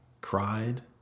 cried